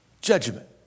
judgment